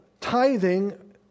tithing